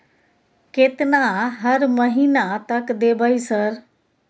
केतना हर महीना तक देबय सर?